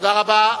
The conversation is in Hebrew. תודה רבה.